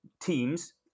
teams